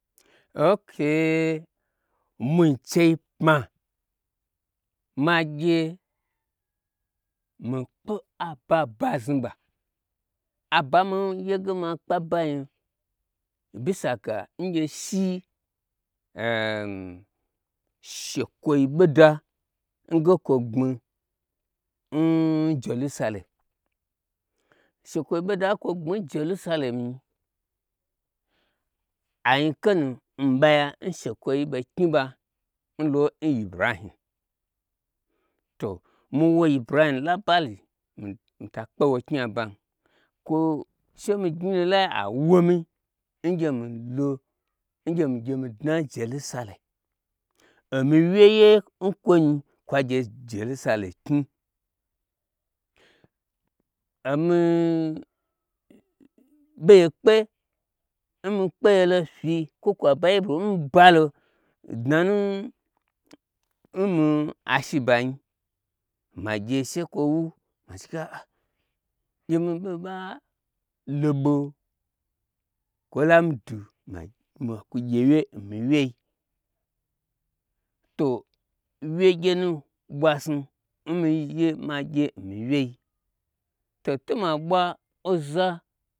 Okay mi nchei pma ma gyei kpe ababa znuba aba n miye ge ma kpe abanyi bisa ga n gye shi she kwoyi ɓo da nge kwo gbmi n jelusalem she kwoyi ɓoda kwo gbmi n jelusalem anyi kanu n ɓaya n shekwoyi ɓei knyiɓa nlon ibrahim to mi wo ibrahim labali to mita kpe wo knyi abam kwo she mi gnyilolai awo mi ngye milo ngye migye mi dna n jelusalem omi wye ye nkwonyi kwa gye jelusalemn knyi omi-i ɓe ye kpe n mi kpey fyi kwo kwa bible nmi balo dna nnmi ashi ba nyi magye shekwowu ma chi ge a-a gye mi ɓoɓa loɓo kwolami du mi kwu gyewye n mia wyei to wyegye nu ɓwa snu n miye magye nmi wyei to to ma ɓwa oza